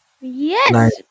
Yes